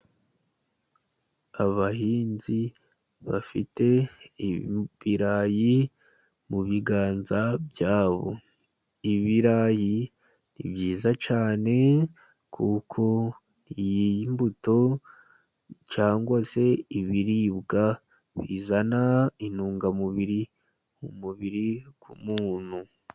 Abahinzi bafite ibirayi mu biganza byabo. Ibirayi ni byiza cyane kuko iyi mbuto, cyangwa se ibiribwa bizana intungamubiri mu mubiri w'umuntu.